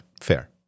Fair